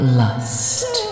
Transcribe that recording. lust